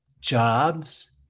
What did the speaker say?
jobs